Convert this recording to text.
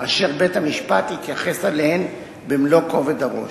אשר בית-המשפט התייחס אליהן במלוא כובד הראש.